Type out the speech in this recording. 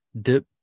Dip